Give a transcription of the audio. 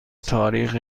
تاریخ